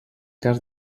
cas